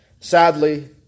Sadly